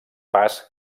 pas